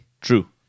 True